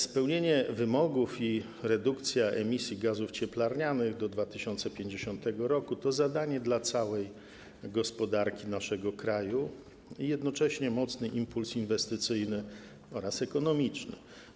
Spełnienie wymogów i redukcja emisji gazów cieplarnianych do 2050 r. to zadania dla całej gospodarki naszego kraju i jednocześnie mocny impuls inwestycyjny oraz ekonomiczny.